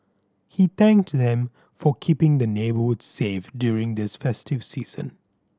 he thanked them for keeping the neighbourhood safe during this festive season